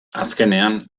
azkenean